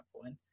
point